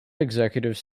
executives